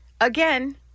again